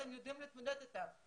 אתם יודעים להתמודד איתם.